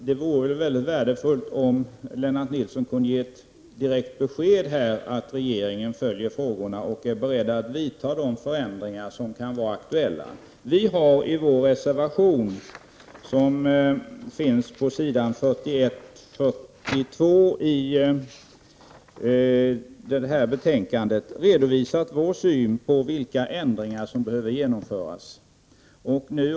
Det vore värdefullt om Lennart Nilsson kunde ge ett klart besked om att regeringen följer dessa frågor och att man är beredd att vidta de förändringar som kan vara aktuella. I vår reservation, som står att läsa på s. 41--42 i betänkandet, har vi redovisat vår syn på vilka förändringar som behöver genomföras.